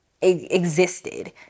existed